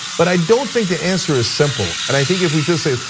but i don't think the answer is simple and i think if we just say,